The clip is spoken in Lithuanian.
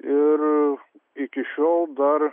ir iki šiol dar